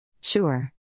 Sure